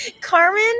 Carmen